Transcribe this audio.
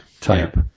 type